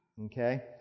Okay